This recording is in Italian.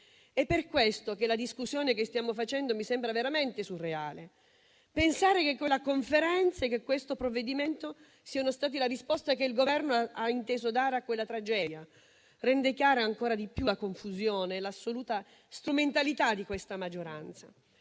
è per questo che la discussione che stiamo facendo mi sembra veramente surreale. Pensare che quella conferenza e che questo provvedimento siano stati la risposta che il Governo ha inteso dare a quella tragedia rende chiare ancor di più la confusione e l'assoluta strumentalità della maggioranza.